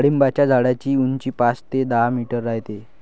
डाळिंबाच्या झाडाची उंची पाच ते दहा मीटर राहते